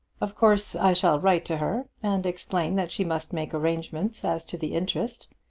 of course i shall write to her, and explain that she must make arrangements as to the interest.